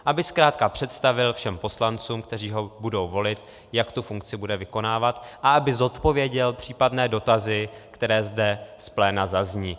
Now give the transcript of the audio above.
Aby zkrátka představil všem poslancům, kteří ho budou volit, jak tu funkci bude vykonávat, a aby zodpověděl případné dotazy, které zde z pléna zazní.